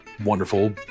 Wonderful